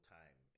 time